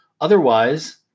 otherwise